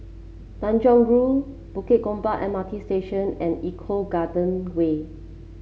Tanjong Rhu Bukit Gombak M R T Station and Eco Garden Way